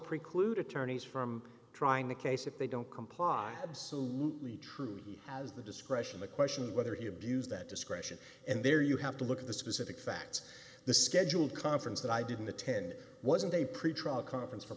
preclude attorneys from trying the case if they don't comply absolutely true he has the discretion the question is whether he abused that discretion and there you have to look at the specific facts the scheduled conference that i didn't attend wasn't a pretrial conference for